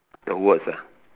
the words ah